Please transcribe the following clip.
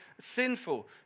sinful